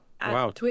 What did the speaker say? Wow